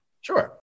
Sure